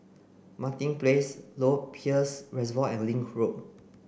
Martin Place Lower Peirce Reservoir and Link Road